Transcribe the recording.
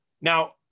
Now